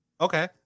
okay